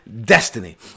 destiny